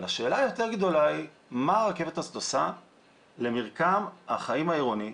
אבל השאלה היותר גדולה היא מה הרכבת הזאת עושה למרקם החיים העירוני,